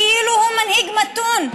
כאילו הוא מנהיג מתון,